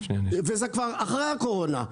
וזה כבר אחרי הקורונה.